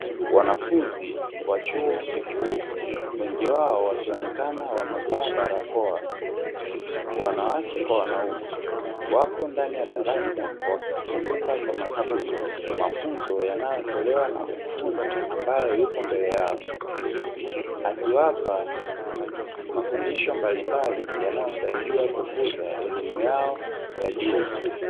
Wanafunzi wa chuo kikuu, wengi wao wakionekana wamevaa barakoa, wanawake kwa wanaume, wapo ndani ya darasa wakisikiliza kwa makini mafunzo yanayotolewa na mkufunzi ambaye yupo mbele yao, akiwapa mafundisho mbalimbali yanayosaidia kukuza elimu yao ya juu.